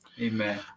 Amen